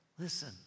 Listen